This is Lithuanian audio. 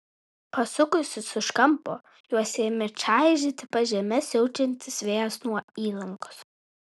pasukusius už kampo juos ėmė čaižyti pažeme siaučiantis vėjas nuo įlankos